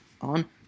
On